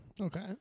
Okay